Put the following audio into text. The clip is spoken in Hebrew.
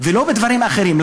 ולא בדברים אחרים.